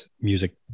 music